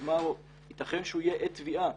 כלומר ייתכן שהוא יהיה עד תביעה